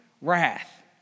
wrath